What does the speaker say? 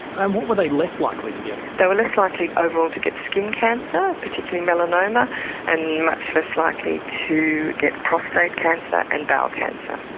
and what were they less likely to get? they were less likely overall to get skin cancer, particularly melanoma and much less likely to get prostate cancer and bowel cancer.